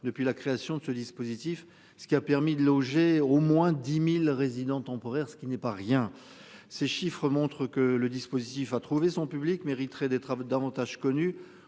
depuis la création de ce dispositif, ce qui a permis de loger au moins 10.000 résidents temporaires. Ce qui n'est pas rien. Ces chiffres montrent que le dispositif a trouvé son public mériterait d'être davantage connu